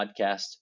Podcast